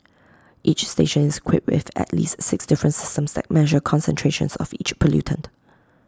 each station is equipped with at least six different systems that measure concentrations of each pollutant